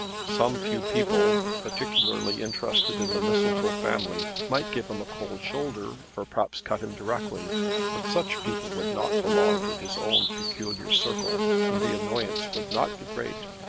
some few people, particularly interested in the mistletoe family, might give him a cold shoulder, or perhaps cut him directly but such people would not belong to his own peculiar circle, and the annoyance would not be great.